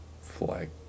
Flag